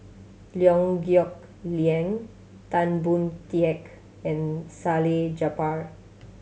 Liew Geok Leong Tan Boon Teik and Salleh Japar